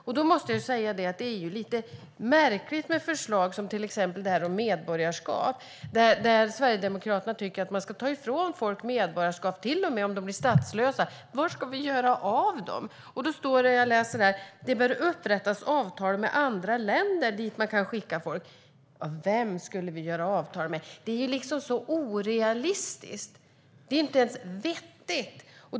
Jag måste säga att det är lite märkligt med förslag som till exempel det om medborgarskap, där Sverigedemokraterna tycker att man ska ta ifrån folk deras medborgarskap till och med om de är statslösa. Var ska vi göra av dem? Jag läser i förslaget att det bör upprättas avtal med andra länder dit man kan skicka folk. Vem skulle vi upprätta avtal med? Det är så orealistiskt. Det är inte ens vettigt.